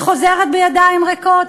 היא חוזרת בידיים ריקות.